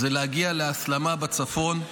זה להגיע להסלמה בצפון,